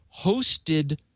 hosted